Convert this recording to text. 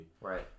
right